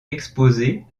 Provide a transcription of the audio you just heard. exposées